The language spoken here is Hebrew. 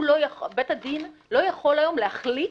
בית הדין לא יכול היום להחליט,